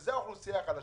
שזו האוכלוסייה החלשה.